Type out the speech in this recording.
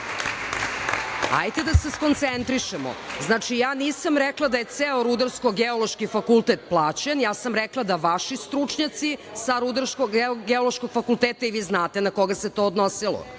Hajde da se skoncentrišemo. Znači, ja nisam rekla da je ceo Rudarsko-geološki fakultet plaćen, ja sam rekla da vaši stručnjaci sa Rudarsko-geološkog fakulteta, i vi znate na koga se to odnosilo. Što